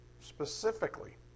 specifically